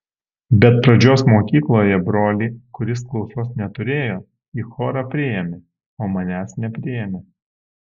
bet pradžios mokykloje brolį kuris klausos neturėjo į chorą priėmė o manęs nepriėmė